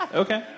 okay